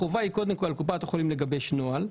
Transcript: החובה היא קודם כל על קופת החולים לגבש נוהל.